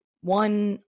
one